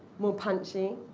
more punchy,